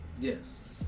Yes